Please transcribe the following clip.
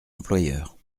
employeurs